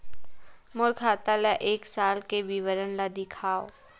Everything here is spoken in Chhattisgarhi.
मोर खाता के एक साल के विवरण ल दिखाव?